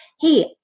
hey